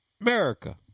America